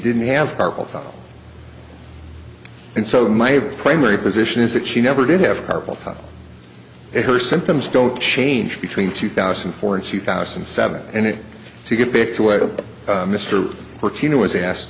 didn't have carpal tunnel and so my primary position is that she never did have carpal tunnel in her symptoms don't change between two thousand and four and two thousand and seven and it to get back to what mr or tina was asked